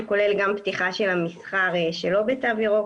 שכולל גם פתיחה של המסחר שלא בתו ירוק,